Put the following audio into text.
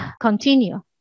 continue